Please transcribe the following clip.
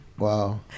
Wow